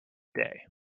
day